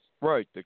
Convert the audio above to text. right